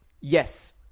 Yes